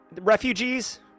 refugees